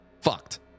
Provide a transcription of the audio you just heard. fucked